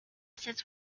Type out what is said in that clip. sits